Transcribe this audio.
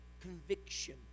conviction